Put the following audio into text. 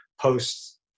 posts